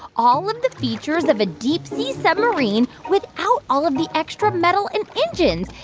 all of the features of a deep-sea submarine without all of the extra metal and engines.